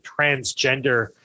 transgender